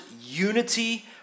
unity